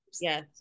Yes